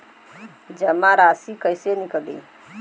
जमा राशि कइसे निकली?